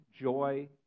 joy